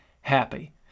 happy